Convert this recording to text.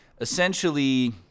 Essentially